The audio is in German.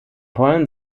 pollen